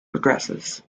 progresses